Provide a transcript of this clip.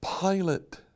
Pilate